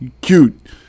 Cute